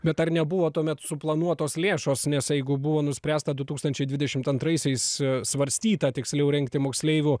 bet ar nebuvo tuomet suplanuotos lėšos nes jeigu buvo nuspręsta du tūkstančiai dvidešimt antraisiais svarstyta tiksliau rengti moksleivių